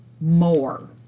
more